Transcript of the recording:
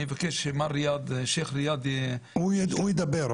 אני מבקש שהשייח' ריאד --- הוא ידבר,